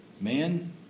Man